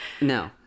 No